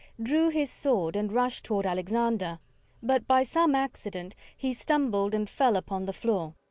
drew his sword and rushed toward alexander but by some accident he stumbled and fell upon the floor.